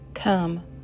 Come